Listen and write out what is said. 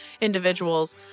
individuals